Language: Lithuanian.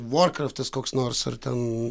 vorkraftas koks nors ar ten